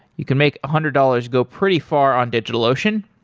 you can make a hundred dollars go pretty far on digitalocean.